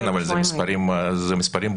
אבל אלה מספרים בודדים.